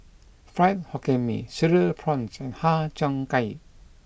Fried Hokkien Mee Cereal Prawns and Har Cheong Gai